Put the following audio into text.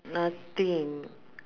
nothing